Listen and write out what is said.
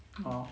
orh